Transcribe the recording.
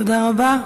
תודה רבה.